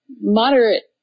moderate